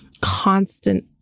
constant